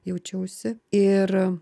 jaučiausi ir